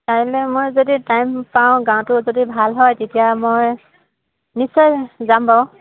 কাইলৈ মই যদি টাইম পাওঁ গাটো যদি ভাল হয় তেতিয়া মই নিশ্চয় যাম বাৰু